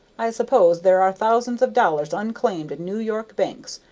i suppose there are thousands of dollars unclaimed in new york banks,